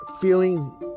feeling